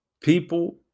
People